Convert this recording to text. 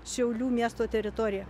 šiaulių miesto teritorija